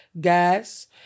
gas